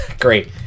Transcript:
Great